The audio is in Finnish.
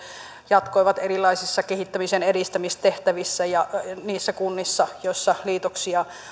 jatkoivat erilaisissa kehittämisen edistämistehtävissä niissä kunnissa joissa liitoksia